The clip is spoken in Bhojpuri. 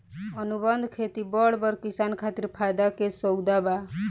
अनुबंध खेती बड़ बड़ किसान खातिर फायदा के सउदा बा